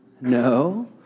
No